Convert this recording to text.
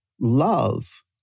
love